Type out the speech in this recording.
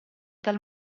tal